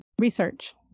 research